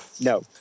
No